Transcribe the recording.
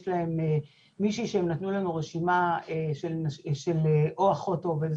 יש להם מישהי שהם נתנו לנו רשימה של או אחות או עובדת